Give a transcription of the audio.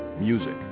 Music